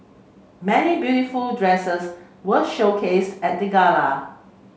many beautiful dresses were showcase at the gala